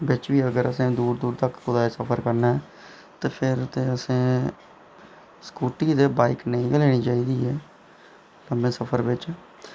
ते बिच बी अगर असें दूर दूर तक्कर सफर करना ऐ ते फिर ते असें स्कूटी ते बाइक नेईं गै लैना चाहिदी ऐ लम्मे सफर बिच